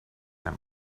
that